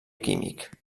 químic